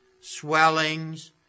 swellings